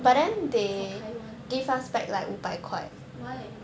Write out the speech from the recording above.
!wah! for taiwan why